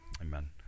Amen